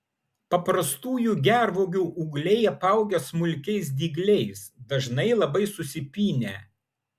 paprastųjų gervuogių ūgliai apaugę smulkiais dygliais dažnai labai susipynę